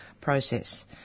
process